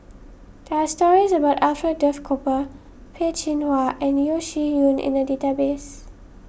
there are stories about Alfred Duff Cooper Peh Chin Hua and Yeo Shih Yun in the database